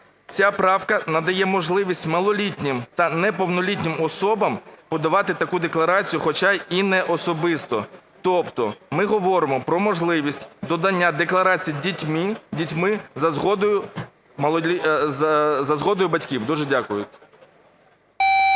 Ця правка надає можливість малолітнім та неповнолітнім особам подавати таку декларацію, хоча і не особисто. Тобто ми говоримо про можливість додання декларацій дітьми за згодою батьків. Дуже дякую.